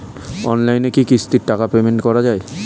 অনলাইনে কি কিস্তির টাকা পেমেন্ট করা যায়?